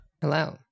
hello